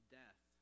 death